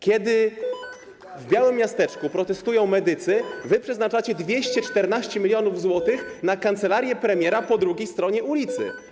Kiedy w białym miasteczku protestują medycy, przeznaczacie 214 mln zł na kancelarię premiera po drugiej stronie ulicy.